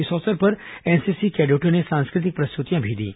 इस अवसर पर एनसीसी कैडेटों ने सांस्कृतिक प्रस्तुतियां भी दीं